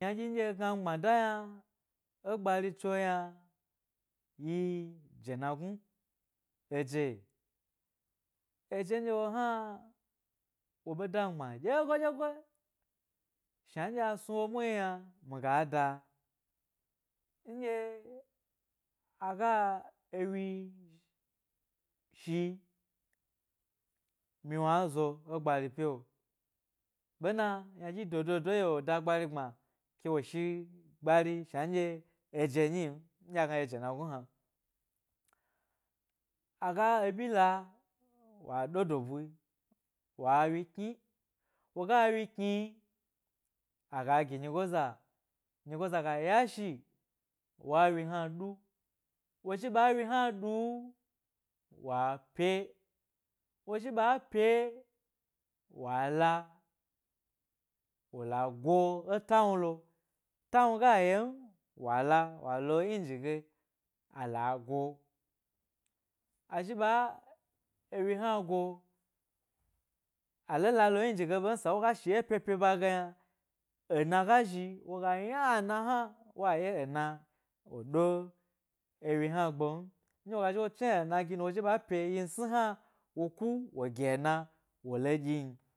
Yna dyi ndye gna mi gbnada yna yi jena gnu eje, eje ndye wo hna wo ɓe damgbma dye goi dye goi, shna ndye a snu wo muhni yna nga da, nɗye aga ewyi shi mi wnu a zo e gbari pyi'o ɓena ynadyi dododo e yi'o wo da gbari gbma ke wo shi ghari ndye eje nyi m ndye agna jena gnu hna aga ebyi la wo ɗo dobu wa wyi kni wo ga ewyi kni aga gi nyigo za, nyigo za yashi wa wyi hua ɗu, woszhi ɓa ewyi hna ɓu wa pye wo zhi ɓa pye, wala wo la go e ta wnu lo, ta wnu ga yem, wala wolo nji ge ala go azhi ɓa ewyi yna go, ale lalo nji ge ɓe m saw gashi e pye pye pa ge yna ena ga zhi wo yna ena hna, wo ye ena e ɗo ewyi hna gbem ndye woga a zhi chni ena gi nu wo zhi ɓa pye wyi sni hna wo ku wo gi ena wole ɗyin.